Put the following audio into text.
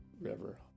River